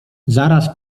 zaraz